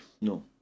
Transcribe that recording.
No